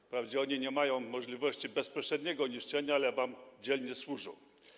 Wprawdzie oni nie mają możliwości bezpośredniego niszczenia, ale wam dzielnie służą.